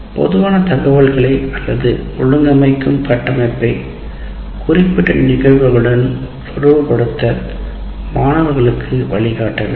பொதுவான தகவல்களை அல்லது ஒழுங்கமைக்கும் கட்டமைப்பை குறிப்பிட்ட நிகழ்வுகளுடன் தொடர்புபடுத்த மாணவர்களுக்கு வழிகாட்ட வேண்டும்